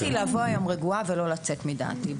בחיי שרציתי לבוא היום רגועה ולא לצאת מדעתי.